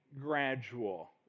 gradual